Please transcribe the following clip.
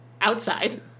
outside